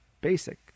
basic